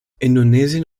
indonesien